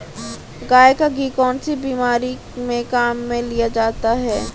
गाय का घी कौनसी बीमारी में काम में लिया जाता है?